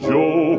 Joe